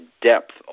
depth